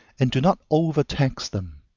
and do not overtax them.